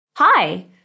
Hi